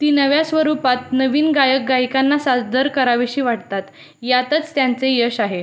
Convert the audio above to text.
ती नव्या स्वरूपात नवीन गायक गायिकांना सादर करावीशी वाटतात यातच त्यांचे यश आहे